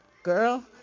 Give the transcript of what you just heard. girl